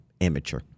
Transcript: amateur